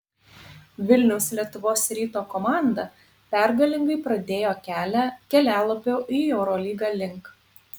vilniaus lietuvos ryto komanda pergalingai pradėjo kelią kelialapio į eurolygą link